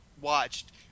watched